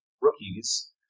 rookies